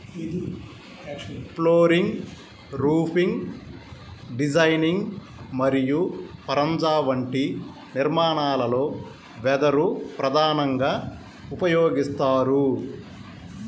flooring, roofing designing మరియు పరంజా వంటి నిర్మాణాలలో వెదురు ప్రధానంగా ఉపయోగిస్తారు